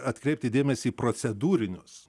atkreipti dėmesį į procedūrinius